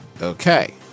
Okay